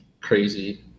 crazy